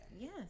yes